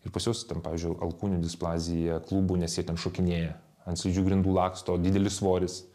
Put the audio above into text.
ir pas juos ten pavyzdžiui alkūnių displazija klubų nes jie ten šokinėja ant slidžių grindų laksto didelis svoris